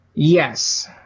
Yes